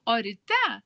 o ryte